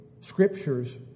scriptures